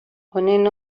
honen